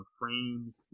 frames